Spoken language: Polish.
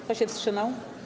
Kto się wstrzymał?